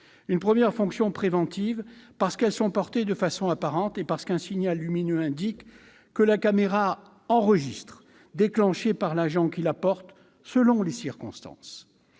La première fonction est préventive. Je rappelle qu'elles sont portées de façon apparente et qu'un signal lumineux indique que la caméra enregistre, déclenchée par l'agent qui la porte selon les circonstances.